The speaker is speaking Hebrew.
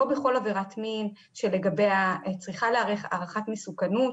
לא בכל עבירת מין שלגביה צריכה להיערך הערכת מסוכנות,